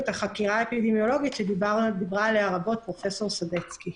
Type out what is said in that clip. החקירה האפידמיולוגית שדיברה עליה פרופסור סדצקי.